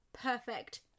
Perfect